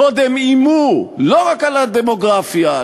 קודם איימו לא רק על הדמוגרפיה,